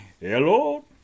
Hello